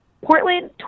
Portland